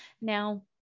Now